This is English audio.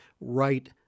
right